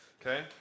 okay